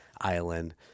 Island